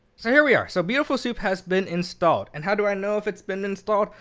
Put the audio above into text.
so here we are. so beautiful soup has been installed. and how do i know if it's been installed?